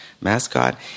mascot